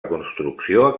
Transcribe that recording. construcció